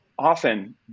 Often